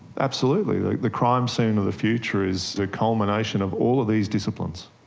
absolutely, like the crime scene of the future is the culmination of all of these disciplines.